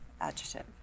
adjective